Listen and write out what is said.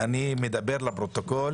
ואני רואה שהוא מונח בפניך,